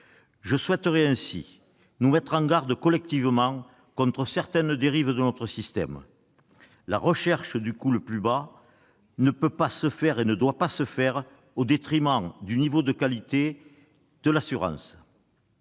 Je souhaiterais ainsi nous mettre en garde collectivement contre certaines dérives de notre système. La recherche du coût le plus bas possible ne doit pas se faire au détriment du niveau et de la qualité de l'assurance.